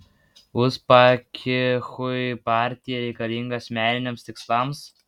uspaskichui partija reikalinga asmeniniams tikslams